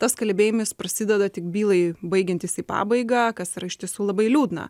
tas kalbėjimas prasideda tik bylai baigiantis į pabaigą kas yra iš tiesų labai liūdna